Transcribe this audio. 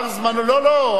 לא, לא.